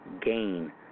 gain